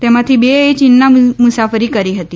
તેમાંથી બે એ ચીનની મુસાફરી કરી હતી